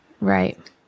Right